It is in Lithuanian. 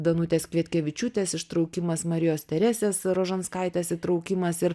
danutės kvietkevičiūtės ištraukimas marijos teresės rožanskaitės įtraukimas ir